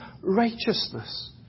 righteousness